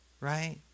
right